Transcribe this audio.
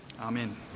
Amen